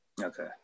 Okay